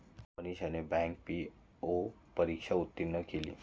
मनीषाने bank PO परीक्षा उत्तीर्ण केली